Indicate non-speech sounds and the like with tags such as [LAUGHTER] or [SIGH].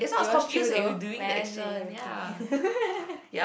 it was true though when I ask him he will kick [LAUGHS]